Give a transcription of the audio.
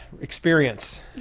experience